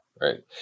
right